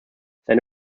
seine